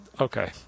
Okay